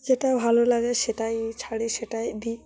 যেটা ভালো লাগে সেটাই ছাড়ি সেটাই দিই